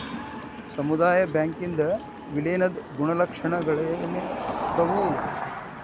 ಸಮುದಾಯ ಬ್ಯಾಂಕಿಂದ್ ವಿಲೇನದ್ ಗುಣಲಕ್ಷಣಗಳೇನದಾವು?